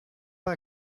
pas